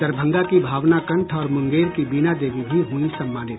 दरभंगा की भावना कंठ और मुंगेर की बीना देवी भी हुई सम्मानित